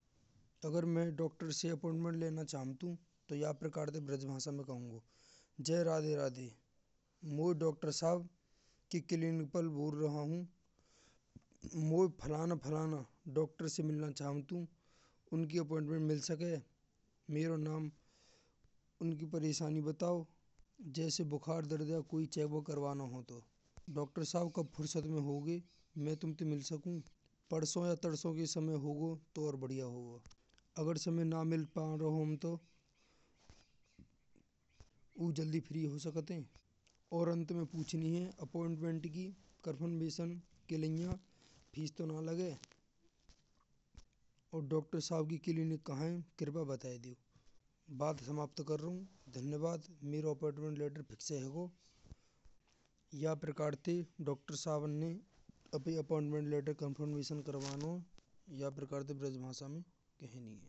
अगर में डॉक्टर से अपॉइंटमेंट लेना चाहतूं। तो ये प्रकार ते ब्रज भाषा में कहुंगो। जय राधेय राधेय मोये डॉक्टर साहब की क्लिनिक पर भूर रहूं हौं। मोये फलाना फलाना डॉक्टर से मिलना चाहतूं, उनकी अपॉइंटमेंट मिल सकै। मेरो नाम, उनकी परेशानी बताओ, जैसे बुखार दर्दो कोई चेकों करवाना होय। तो डॉक्टर साब कब फुर्सत में होगें। मैं तुम ते मिल सकूं परसो या तरसो के समय होगो तो और बड़िया होगो। अगर समय ना मिल पायो होम तो और जल्दी फ्री हो सकत है। और आंत में पूछनी है अपॉइंटमेंट की कंफर्मेशन के लिया फीस तो न लागे। और डॉक्टर साहब की क्लिनिक कहाँ है, कृपया बताई दाओ बात हम आप ते कर रे हो। धन्यवाद मेरो अपॉइंटमेंट लेटर फिक्स है गो। या प्रकार ते डॉक्टर साहब ने अपनी अपॉइंटमेंट लेटर कंफर्मेशन करवाना या प्रकार ते ब्रज भाषा में कहनी है।